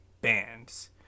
bands